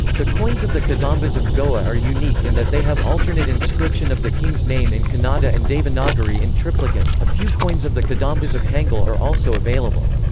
the coins of the kadambas of goa are unique in that they have alternate inscription of the king's name in kannada and devanagari in triplicate, a few coins of the kadambas of hangal are also available.